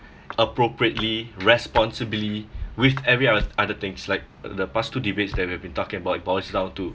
appropriately responsibly with every oth~ other things like the past two debates that we've been talking about it boils down to